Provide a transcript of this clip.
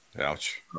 Ouch